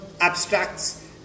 abstracts